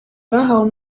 bahawe